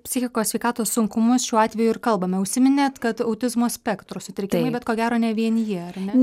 psichikos sveikatos sunkumus šiuo atveju ir kalbame užsiminėt kad autizmo spektro sutrikimai bet ko gero ne vien jie ar ne